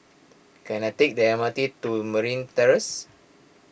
can I take the M R T to Marine Terrace